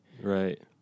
Right